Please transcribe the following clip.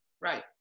Right